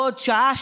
בעוד שעה,